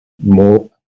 more